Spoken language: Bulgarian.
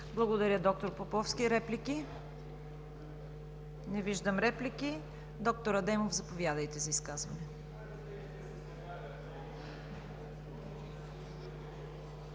Благодаря, д-р Поповски. Реплики? Не виждам. Доктор Адемов, заповядайте за изказване.